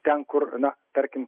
ten kur na tarkim